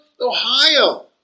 Ohio